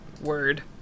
Word